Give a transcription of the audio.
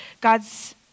God's